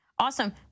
Awesome